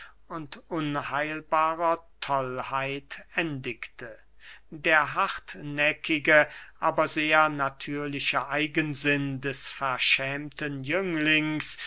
und unheilbarer tollheit endigte der hartnäckige aber sehr natürliche eigensinn des verschämten jünglings